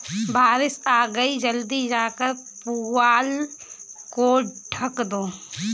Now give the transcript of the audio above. बारिश आ गई जल्दी जाकर पुआल को ढक दो